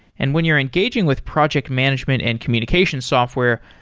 and when you're engaging with project management and communication software,